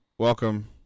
Welcome